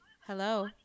Hello